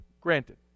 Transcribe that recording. Granted